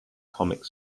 comic